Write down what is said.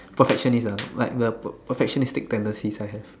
perfectionist ah like the perfectionistic tendencies